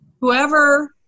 Whoever